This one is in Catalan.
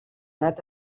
anat